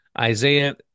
Isaiah